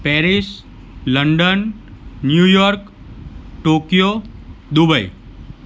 Paris London New York Tokyo Dubai